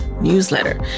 newsletter